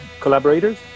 collaborators